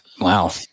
Wow